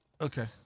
okay